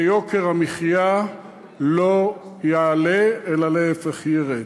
ויוקר המחיה לא יעלה אלא להפך, ירד.